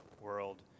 world